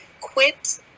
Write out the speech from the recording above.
quit